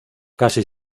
casi